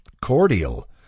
cordial